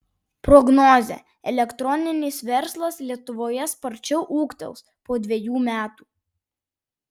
prognozė elektroninis verslas lietuvoje sparčiau ūgtels po dvejų metų